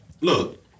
look